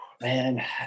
Man